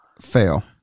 Fail